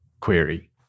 query